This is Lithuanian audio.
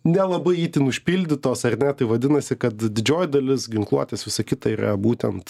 nelabai itin užpildytos ar ne tai vadinasi kad didžioji dalis ginkluotės visa kita ir yra būtent